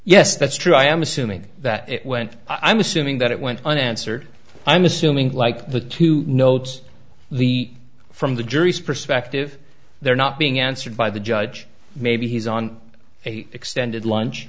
yes that's true i am assuming that it went i'm assuming that it went unanswered i'm assuming like the two notes the from the jury's perspective they're not being answered by the judge maybe he's on a extended lunch